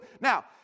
Now